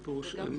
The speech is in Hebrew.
מה פירוש?